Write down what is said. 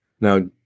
Now